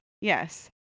Yes